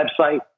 website